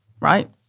right